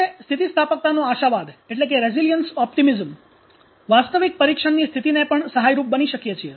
આપણે સ્થિતિસ્થાપકતાનો આશાવાદ વાસ્તવિકતા પરીક્ષણની સ્થિતિને પણ સહાયરૂપ બની શકીએ છીએ